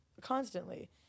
constantly